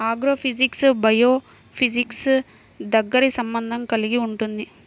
agrophysics బయోఫిజిక్స్తో దగ్గరి సంబంధం కలిగి ఉంటుంది